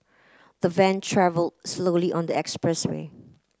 the van travelled slowly on the expressway